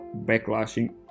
backlashing